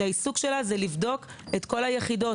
שעיסוקה הוא לבדוק את כל היחידות.